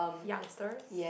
youngsters